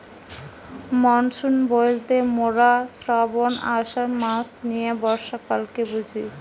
monsoon বইলতে মোরা শ্রাবন, আষাঢ় মাস নিয়ে বর্ষাকালকে বুঝি